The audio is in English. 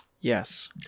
Yes